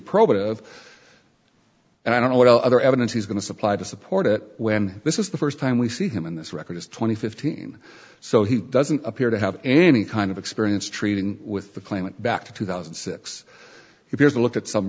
probative and i don't know what other evidence he's going to supply to support it when this is the first time we see him in this record is twenty fifteen so he doesn't appear to have any kind of experience treating with the claimant back to two thousand and six years a look at some